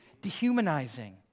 Dehumanizing